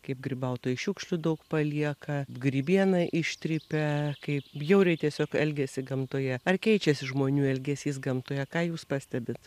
kaip grybautojai šiukšlių daug palieka grybieną ištrypia kaip bjauriai tiesiog elgiasi gamtoje ar keičiasi žmonių elgesys gamtoje ką jūs pastebit